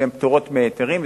שהן פטורות מהיתרים.